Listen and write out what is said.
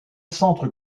centre